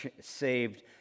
saved